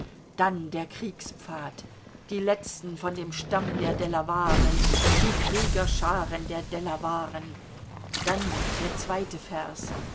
dann der kriegspfad die letzten von dem stamm der delawaren die kriegerscharen der delawaren dann der zweite vers